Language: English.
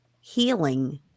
healing